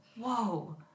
Whoa